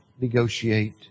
negotiate